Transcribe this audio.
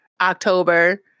october